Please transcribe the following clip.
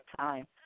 time